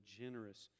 generous